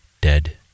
dead